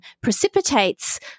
precipitates